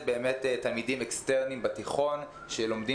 אלו באמת תלמידים אקסטרניים בתיכון שלומדים